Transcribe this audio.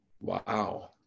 Wow